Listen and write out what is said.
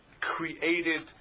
created